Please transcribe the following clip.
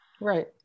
right